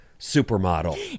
supermodel